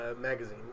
magazine